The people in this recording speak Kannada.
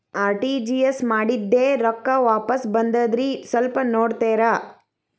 ಆರ್.ಟಿ.ಜಿ.ಎಸ್ ಮಾಡಿದ್ದೆ ರೊಕ್ಕ ವಾಪಸ್ ಬಂದದ್ರಿ ಸ್ವಲ್ಪ ನೋಡ್ತೇರ?